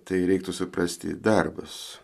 tai reiktų suprasti darbas